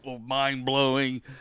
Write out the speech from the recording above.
mind-blowing